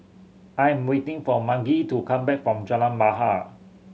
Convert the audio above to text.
I am waiting for Margy to come back from Jalan Bahar